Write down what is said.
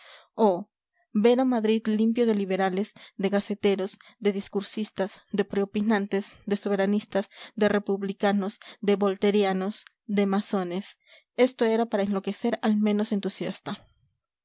oh ver a madrid limpio de liberales de gaceteros de discursistas de preopinantes de soberanistas de republicanos de volterianos de masones esto era para enloquecer al menos entusiasta